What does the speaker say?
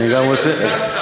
וזה מדלג על סגן שר.